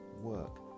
work